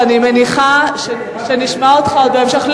ואני מניחה שנשמע אותך עוד בהמשך.